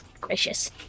gracious